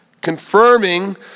confirming